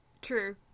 True